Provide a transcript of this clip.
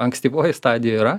ankstyvoj stadijoj yra